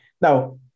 Now